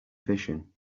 fishing